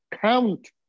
count